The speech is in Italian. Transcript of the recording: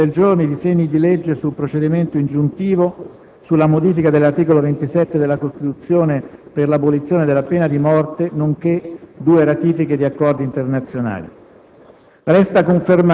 saranno posti all'ordine del giorno i disegni di legge sul procedimento ingiuntivo, sulla modifica dell'articolo 27 della Costituzione per l'abolizione della pena di morte, nonché due ratifiche di accordi internazionali.